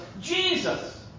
Jesus